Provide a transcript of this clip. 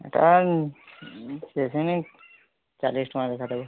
ଏଇଟା ବେଶୀ ନାଇଁ ଚାଳିଶ୍ ଟଙ୍କା ଗୋଚ୍ଛାଟାକୁ